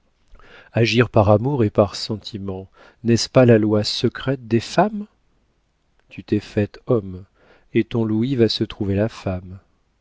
agir par amour et par sentiment n'est-ce pas la loi secrète des femmes tu t'es faite homme et ton louis va se trouver la femme